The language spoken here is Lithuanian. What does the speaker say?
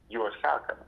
juo sekame